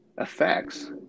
effects